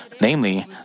Namely